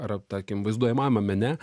ar tarkim vaizduojamajame mene